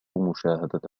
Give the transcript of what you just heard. مشاهدة